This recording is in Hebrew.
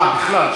אה, בכלל.